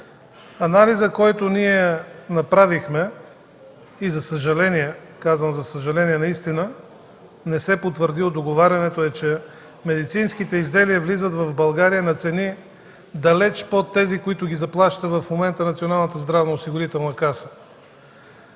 Анализът, който направихме, за съжаление, казвам „за съжаление”, не се потвърди от договарянето, е, че медицинските изделия влизат в България на цени далеч под тези, на които ги заплаща в момента Националната здравноосигурителна каса.